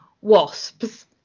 wasps